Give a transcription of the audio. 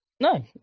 No